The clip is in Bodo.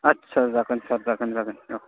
आस्सा जागोन सार जागोन जागोन